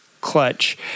clutch